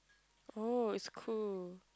oh is cool